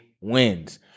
wins